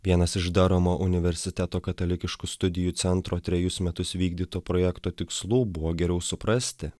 vienas iš daramo universiteto katalikiškų studijų centro trejus metus vykdyto projekto tikslų buvo geriau suprasti